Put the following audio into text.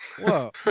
Whoa